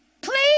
please